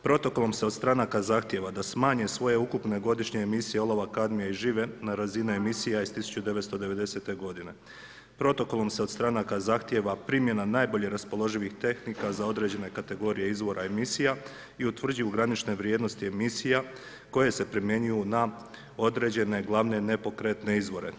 Protokolom se od stranaka zahtjeva neka smanje svoje ukupne godišnje emisije olova kadmije i žive na razini emisije iz 1990.g. Protokolom se od stranaka zahtjeva primjena najboljih raspoloživih tehnika za određene kategorije izvora i misija i utvrđuju granične vrijednosti emisija, koje se primjenjuju na određene, glavne, nepokretne izvore.